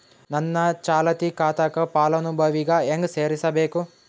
ನನ್ನ ಚಾಲತಿ ಖಾತಾಕ ಫಲಾನುಭವಿಗ ಹೆಂಗ್ ಸೇರಸಬೇಕು?